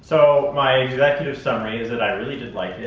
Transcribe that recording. so my executive summary is that i really did like it.